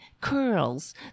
curls